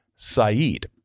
Saeed